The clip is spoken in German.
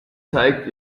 zeigt